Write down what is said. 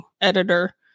editor